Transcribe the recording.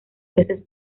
peces